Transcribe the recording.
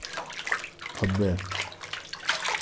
खब्बै